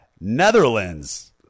Netherlands